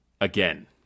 again